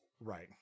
Right